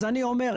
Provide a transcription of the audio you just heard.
אז אני אומר,